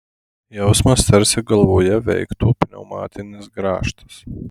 jausmas tarsi galvoje veiktų pneumatinis grąžtas